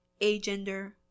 agender